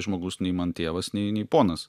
žmogus nei man tėvas nei nei ponas